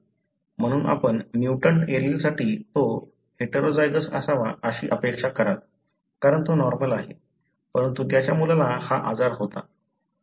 म्हणून आपण म्युटंट एलीलसाठी तो हेटेरोझायगस असावा अशी अपेक्षा कराल कारण तो नॉर्मल आहे परंतु त्याच्या मुलाला हा आजार होता